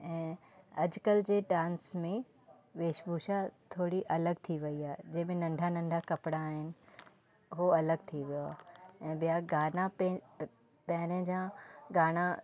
ऐं अॼुकल्ह जे डांस में वेश भूषा थोरी अलॻि थी वई आहे जंहिंमें नंढा नंढा कपिड़ा आहिनि हो अलॻि थी वियो आहे ऐं ॿिया गाना पहिरें जा गाना